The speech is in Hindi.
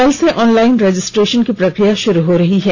कल से ऑनलाइन रजिस्ट्रेशन की प्रक्रिया शुरू हो रही है